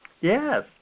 Yes